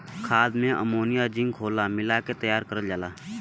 खाद में ammonia zinc लोहा मिला के तैयार करल जाला